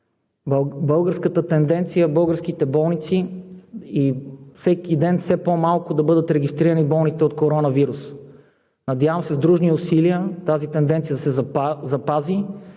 Българската тенденция е в българските болници всеки ден и все по-малко да бъдат регистрирани болните от коронавирус. Надявам се с дружни усилия тази тенденция да се запази.